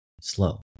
slow